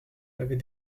avait